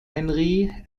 henry